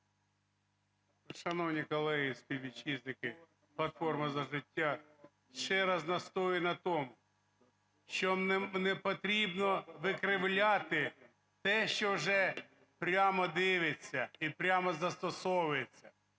Шановні колеги і співвітчизники! "Платформа – За життя" ще раз настоює на тому, що не потрібно викривляти те, що вже прямо дивиться і прямо застосовується.